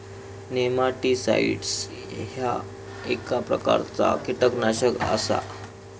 nematicides ह्या एक प्रकारचा कीटकनाशक आसा